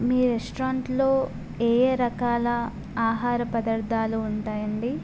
మీ రెస్టారెంట్లో ఏ ఏ రకాల ఆహార పదార్థాలు ఉంటాయి అండి